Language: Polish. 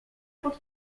pod